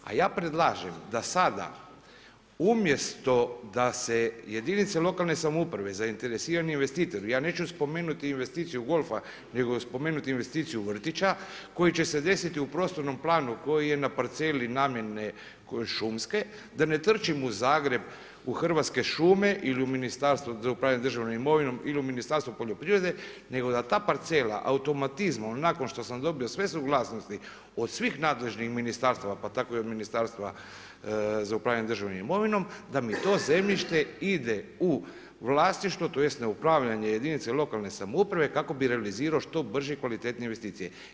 A ja predlažem da sada umjesto da se jedinice lokalne samouprave, zainteresirani investitori, ja neću spomenuti investiciju golfa nego spomenuti investiciju vrtića koji će se desiti u prostornom planu koji je na parceli namjene šumske da ne trčim u Zagreb, u Hrvatske šume ili u Ministarstvo za upravljanje državnom imovinom ili u Ministarstvo poljoprivrede nego da ta parcela automatizmom, nakon što sam dobio sve suglasnosti od svih nadležnih ministarstava pa tako i od Ministarstva za upravljanje državnom imovinom da mi to zemljište ide u vlasništvo, tj. na upravljanje jedinice lokalne samouprave kako bi realizirao što brže i kvalitetnije investicije.